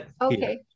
okay